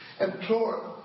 Implore